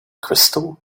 crystal